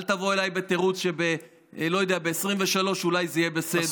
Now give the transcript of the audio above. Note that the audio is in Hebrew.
אל תבוא אליי בתירוץ שב-2023 אולי זה יהיה בסדר.